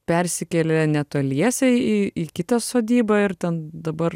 persikėlė netoliese į į kitą sodybą ir ten dabar